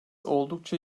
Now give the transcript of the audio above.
oldukça